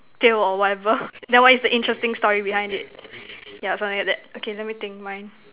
tail or whatever then what is the interesting story behind it yeah something like that okay let me think mine